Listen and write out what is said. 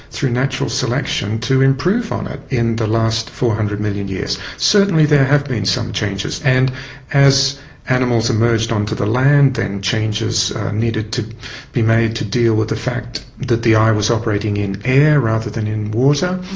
through natural selection, to improve on it in the last four hundred million years. certainly there have been some changes, and as animals emerged onto the land then and changes needed to be made to deal with the fact that the eye was operating in air rather than in water.